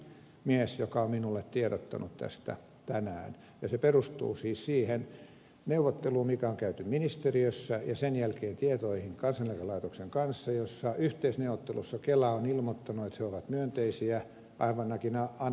se on invalidisäätiön lakimies joka on minulle tiedottanut tästä tänään ja se perustuu siis siihen neuvotteluun joka on käyty ministeriössä ja sen jälkeen tietoihin yhteisneuvottelusta kansaneläkelaitoksen kanssa jossa kela on ilmoittanut että he ovat myönteisiä ainakin antaneet ymmärtää näin